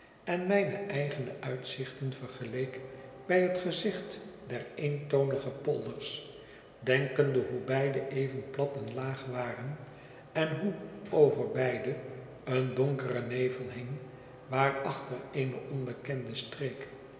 en mijne eigene uitzichten vergeleek bij het gezicht der eentonige polders denkende hoe beide even plat en laag waren en hoe over beide een donkere nevel hing waarachter eene onbekende streek